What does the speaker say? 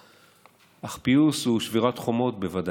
אך פיוס ושבירת חומות בוודאי.